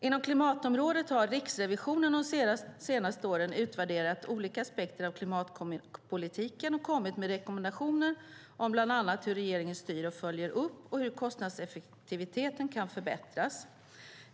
Inom klimatområdet har Riksrevisionen de senaste åren utvärderat olika aspekter av klimatpolitiken och kommit med rekommendationer om bland annat hur regeringen styr och följer upp och hur kostnadseffektiviteten kan förbättras.